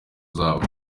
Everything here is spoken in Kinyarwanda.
zabo